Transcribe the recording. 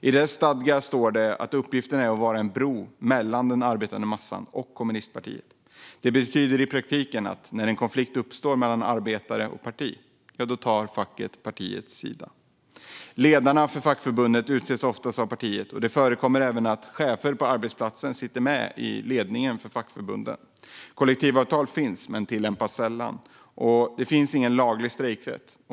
I dess stadgar står det att uppgiften är att vara en bro mellan den arbetande massan och kommunistpartiet. Det betyder i praktiken att när en konflikt uppstår mellan arbetare och parti tar facket partiets sida. Ledarna för fackförbundet utses oftast av partiet, och det förekommer även att chefer på arbetsplatsen sitter med i ledningen för fackförbunden. Kollektivavtal finns men tillämpas sällan i praktiken, och det finns ingen laglig strejkrätt.